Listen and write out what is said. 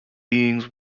beings